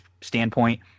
standpoint